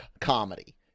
comedy